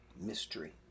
mystery